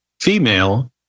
female